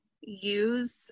use